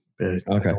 Okay